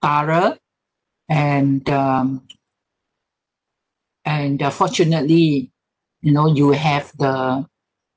thorough and um and uh fortunately you know you have the